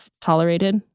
tolerated